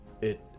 It